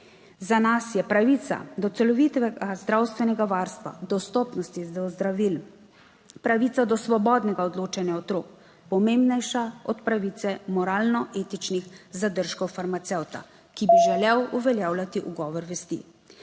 Za nas je pravica do celovitega zdravstvenega varstva, dostopnosti do zdravil pravica do svobodnega odločanja otrok pomembnejša od pravice moralno-etičnih zadržkov farmacevta, ki bi želel uveljavljati ugovor vesti.